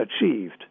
achieved